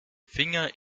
finger